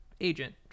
agent